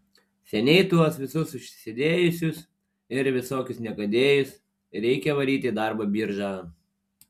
seniai tuos visus užsisėdėjusius ir visokius niekadėjus reikia varyti į darbo biržą